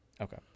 okay